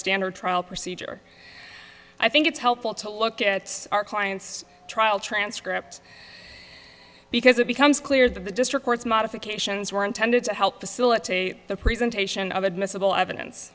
standard trial procedure i think it's helpful to look at our client's trial transcript because it becomes clear that the district court's modifications were intended to help facilitate the presentation of admissible evidence